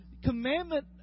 commandment